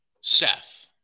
Seth